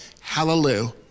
Hallelujah